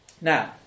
Now